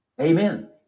Amen